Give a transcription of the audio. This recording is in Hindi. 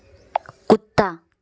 कुत्ता